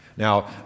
Now